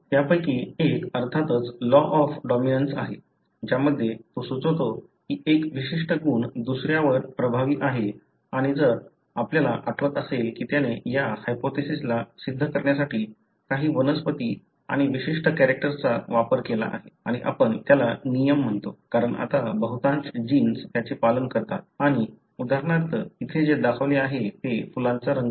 त्यापैकी एक अर्थातच लॉ ऑफ डॉमिनन्स आहे ज्यामध्ये तो सुचवतो की एक विशिष्ट गुण दुसऱ्यावर प्रभावी आहे आणि जर आपल्याला आठवत असेल की त्याने त्या हायपोथेसिसला सिद्ध करण्यासाठी काही वनस्पती आणि विशिष्ट कॅरेक्टरचा वापर केला आहे आणि आपण त्याला नियम म्हणतो कारण आता बहुतांश जीन्स त्याचे पालन करतात आणि उदाहरणार्थ इथे जे दाखवले आहे ते फुलांचा रंग आहे